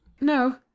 no